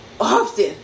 often